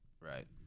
right